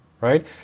right